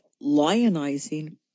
lionizing